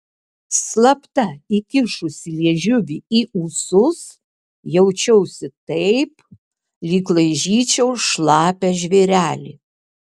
slapta įkišusi liežuvį į ūsus jaučiausi taip lyg laižyčiau šlapią žvėrelį